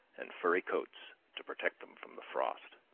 and furry coats to protect them from the frost.